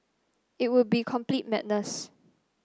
it would be complete madness